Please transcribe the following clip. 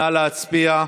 נא להצביע.